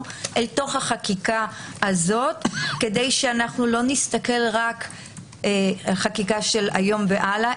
אל תוך החקיקה הזו כדי שלא נסתכל רק על חקיקה של היום והלאה,